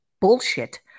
bullshit